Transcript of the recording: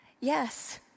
yes